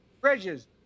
bridges